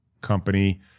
company